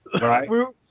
Right